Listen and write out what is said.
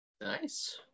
nice